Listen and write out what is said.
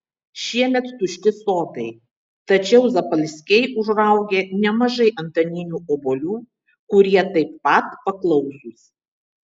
šiemet tušti sodai tačiau zapalskiai užraugė nemažai antaninių obuolių kurie taip pat paklausūs